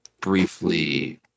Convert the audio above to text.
briefly